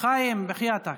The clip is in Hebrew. חיים, בחייאתכ.